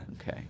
Okay